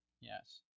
Yes